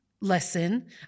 lesson